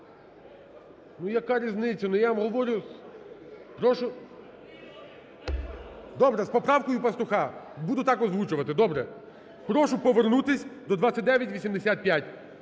Ну, яка різниця?... Ну, я вам говорю… Прошу? Добре, з поправкою Пастуха, буду так озвучувати, добре. Прошу повернутись до 2985.